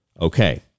Okay